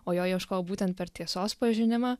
o jo ieškojau būtent per tiesos pažinimą